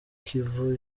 kivu